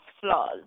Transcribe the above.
flaws